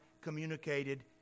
communicated